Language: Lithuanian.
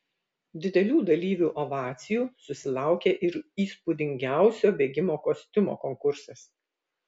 didelių dalyvių ovacijų susilaukė ir įspūdingiausio bėgimo kostiumo konkursas